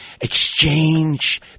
exchange